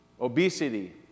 obesity